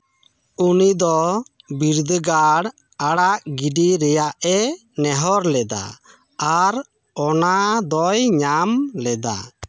ᱩᱱᱤᱫᱚ ᱵᱤᱨᱫᱟᱹᱜᱟᱲ ᱟᱲᱟᱜ ᱜᱤᱰᱤ ᱨᱮᱭᱟᱜᱼᱮ ᱱᱮᱦᱚᱨ ᱞᱮᱫᱟ ᱟᱨ ᱚᱱᱟ ᱫᱚᱭ ᱧᱟᱢ ᱞᱮᱫᱟ